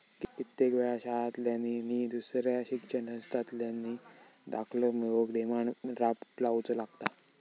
कित्येक वेळा शाळांतल्यानी नि दुसऱ्या शिक्षण संस्थांतल्यानी दाखलो मिळवूक डिमांड ड्राफ्ट लावुचो लागता